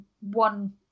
one